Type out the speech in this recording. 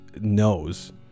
knows